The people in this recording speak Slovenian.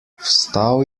vstal